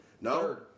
No